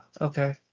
Okay